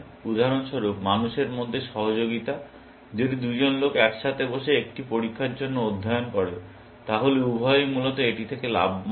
উদাহরণ স্বরূপ মানুষের মধ্যে সহযোগিতা যদি দুজন লোক একসাথে বসে একটি পরীক্ষার জন্য অধ্যয়ন করে তাহলে উভয়েই মূলত এটি থেকে লাভবান হয়